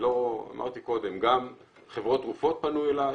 אמרתי קודם, גם חברות תרופות פנו אליי